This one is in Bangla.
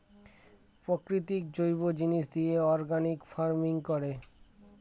প্রাকৃতিক জৈব জিনিস দিয়ে অর্গানিক ফার্মিং করে